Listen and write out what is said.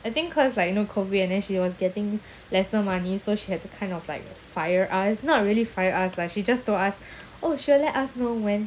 I think cause like you know COVID and then she was getting lesser money so she had to kind of like fire us not really fire us lah she just told us oh sure let us know when